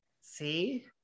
See